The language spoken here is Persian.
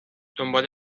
دنبال